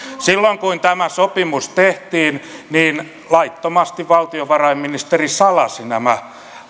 silloin kun tämä sopimus tehtiin niin laittomasti valtiovarainministeri salasi nämä